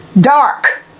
Dark